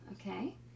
okay